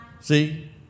See